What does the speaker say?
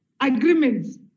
Agreements